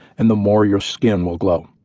and the more your skin will glow.